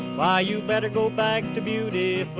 why, you better go back to beautiful